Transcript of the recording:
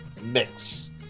mix